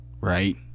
right